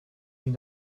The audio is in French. une